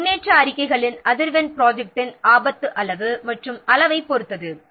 இது முன்னேற்ற அறிக்கைகளின் ப்ராஜெக்ட்டின் ஆபத்து அளவு மற்றும் அளவைப் பொறுத்தது